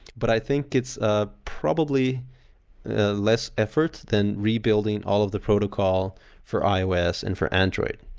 but i think it's ah probably less efforts than rebuilding all of the protocol for ios and for android.